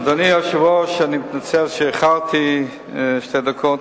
אדוני היושב-ראש, אני מתנצל שאיחרתי בשתי דקות.